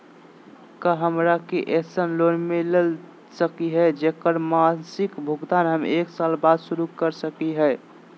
का हमरा के ऐसन लोन मिलता सकली है, जेकर मासिक भुगतान हम एक साल बाद शुरू कर सकली हई?